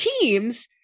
teams